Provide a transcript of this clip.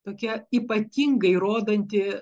tokia ypatingai rodanti